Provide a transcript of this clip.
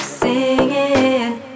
singing